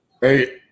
Hey